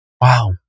Wow